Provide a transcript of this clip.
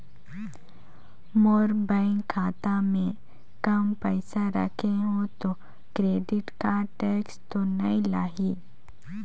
मोर bank खाता मे काम पइसा रखे हो तो क्रेडिट कारड टेक्स तो नइ लाही???